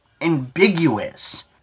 ambiguous